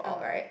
(uh huh)